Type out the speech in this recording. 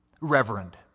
reverend